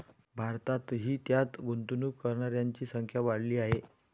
भारतातही त्यात गुंतवणूक करणाऱ्यांची संख्या वाढली आहे